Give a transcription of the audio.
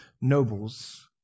nobles